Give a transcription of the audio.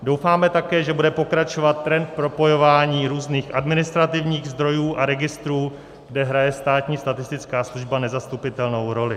Doufáme také, že bude pokračovat trend propojování různých administrativních zdrojů a registrů, kde hraje státní statistická služba nezastupitelnou roli.